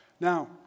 Now